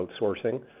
outsourcing